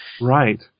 right